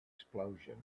explosion